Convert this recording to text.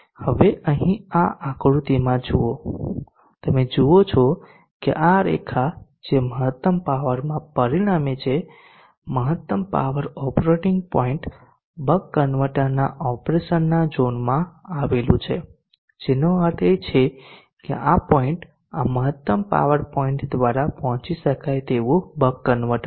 હવે અહીં આ આકૃતિમાં તમે જુઓ છો કે આ રેખા જે મહત્તમ પાવરમાં પરિણમે છે મહત્તમ પાવર ઓપરેટિંગ પોઇન્ટ બક કન્વર્ટરના ઓપરેશનના ઝોનમાં આવેલું છે જેનો અર્થ છે કે આ પોઈન્ટ આ મહત્તમ પાવર ઓપરેટિંગ પોઇન્ટ દ્વારા પહોંચી શકાય તેવું બક કન્વર્ટર છે